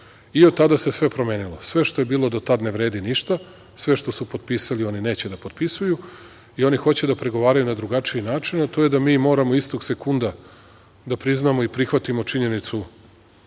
i od tada se sve promenilo. Sve što je bilo do tad ne vredi ništa, sve što su potpisali oni neće da potpisuju i oni hoće da pregovaraju na drugačiji način, a to je da mi moramo istog sekunda da priznamo i prihvatimo činjenicu